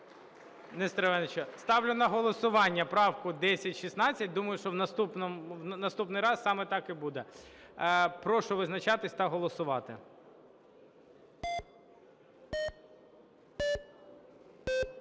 Нестору Івановичу, ставлю на голосування правку 1016. Думаю, що в наступний раз саме так і буде. Прошу визначатись та голосувати.